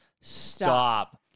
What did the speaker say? stop